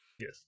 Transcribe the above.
Yes